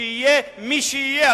שיהיה מי שיהיה,